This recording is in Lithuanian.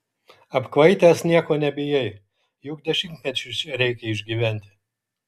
apkvaitęs nieko nebijai juk dešimtmečiui čia reikia išgyventi